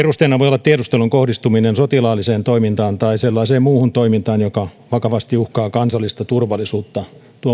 olla tiedustelun kohdistuminen sotilaalliseen toimintaan tai muuhun sellaiseen toimintaan joka vakavasti uhkaa kansallista turvallisuutta tuo muutos oli merkittävä kansalaisten